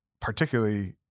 particularly